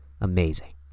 amazing